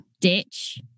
ditch